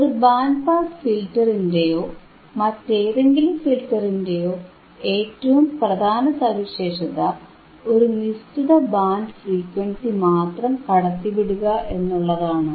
ഒരു band pass ഫിൽറ്ററിന്റെയോ മറ്റേതെങ്കിലും ഫിൽറ്ററിന്റെയോ ഏറ്റവും പ്രധാന സവിശേഷത ഒരു നിശ്ചിത ബാൻഡ് ഫ്രീക്വൻസി മാത്രം കടത്തിവിടുക എന്നുള്ളതാണ്